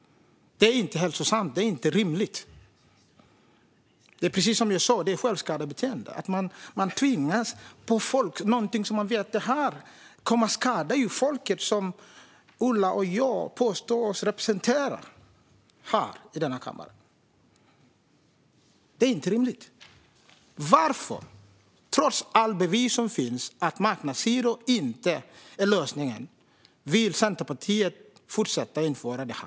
Det är inte hälsosamt. Det är inte rimligt! Precis som jag sa är det ett självskadebeteende. Man tvingar på folk något som man vet kommer att skada dem som Ola och jag påstår oss representera här i denna kammare. Det är inte rimligt! Varför, trots alla bevis som finns på att marknadshyror inte är lösningen, vill Centerpartiet fortsätta införa dem?